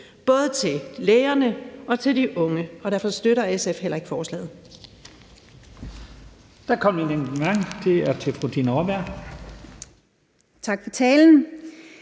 både til lægerne og til de unge, og derfor støtter SF heller ikke forslaget.